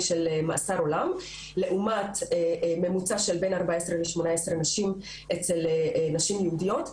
של מאסר עולם לעומת ממוצע של בין 14 ל-18 שנים אצל נשים יהודיות.